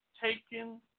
taken